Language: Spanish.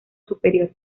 superior